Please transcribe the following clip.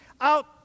out